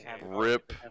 RIP